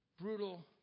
brutal